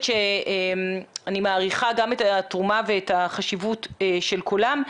אני מעריכה את התרומה ואת החשיבות של כולם,